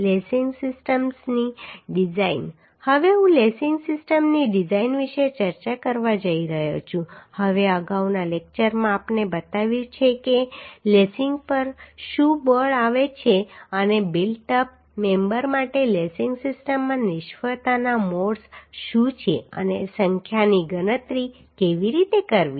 lacing સિસ્ટમ્સની design હવે હું લેસિંગ સિસ્ટમની ડિઝાઇન વિશે ચર્ચા કરવા જઈ રહ્યો છું હવે અગાઉના લેક્ચરમાં આપણે બતાવ્યું છે કે લેસિંગ પર શું બળ આવે છે અને બિલ્ટ અપ મેમ્બર માટે લેસિંગ સિસ્ટમમાં નિષ્ફળતાના મોડ્સ શું છે અને સંખ્યાની ગણતરી કેવી રીતે કરવી